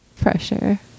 pressure